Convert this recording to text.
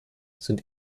sind